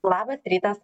labas rytas